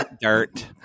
Dirt